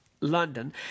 London